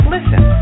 Listen